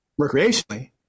recreationally